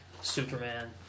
Superman